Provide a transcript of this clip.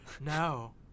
No